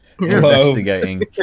Investigating